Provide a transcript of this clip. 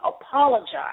apologize